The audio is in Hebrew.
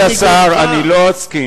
כבוד השר, אני לא מסכים,